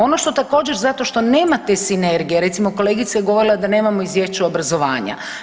Ono što također zato što nemate sinergije, recimo kolegica je govorila da nemamo Izvješće obrazovanja.